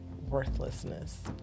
worthlessness